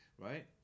right